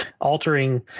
altering